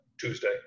Tuesday